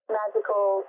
magical